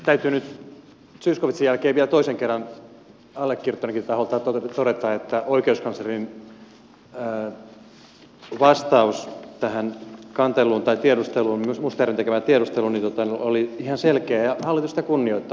täytyy nyt zyskowiczin jälkeen vielä toisen kerran allekirjoittaneenkin taholta todeta että oikeuskanslerin vastaus tähän mustajärven tekemään tiedusteluun oli ihan selkeä ja hallitus sitä kunnioittaa